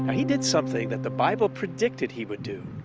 he did something that the bible predicted he would do.